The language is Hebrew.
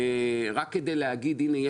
רק כדי להגיד: "הנה,